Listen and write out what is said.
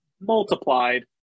multiplied